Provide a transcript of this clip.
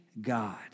God